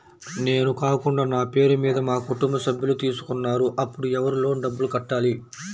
నేను కాకుండా నా పేరు మీద మా కుటుంబ సభ్యులు తీసుకున్నారు అప్పుడు ఎవరు లోన్ డబ్బులు కట్టాలి?